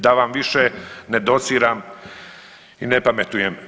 Da vam više ne dociram i ne pametujem.